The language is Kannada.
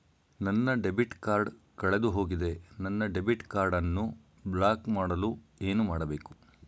ನನ್ನ ಡೆಬಿಟ್ ಕಾರ್ಡ್ ಕಳೆದುಹೋಗಿದೆ ನನ್ನ ಡೆಬಿಟ್ ಕಾರ್ಡ್ ಅನ್ನು ಬ್ಲಾಕ್ ಮಾಡಲು ಏನು ಮಾಡಬೇಕು?